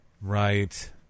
Right